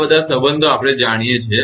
આ બધા સંબંધો આપણે જાણીએ છીએ